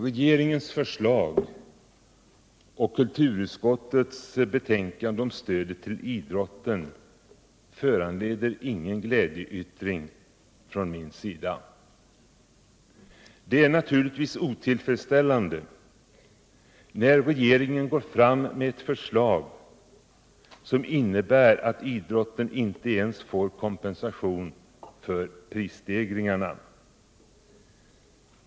Regeringens förslag och kulturutskottets betänkande om stödet till idrotten föranleder ingen glädjeyttring från min sida. Det är naturligtvis otillfredsställande att regeringen för fram ett förslag som innebär att idrotten inte ens får kompensation för prisstegringarna.